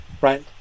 Right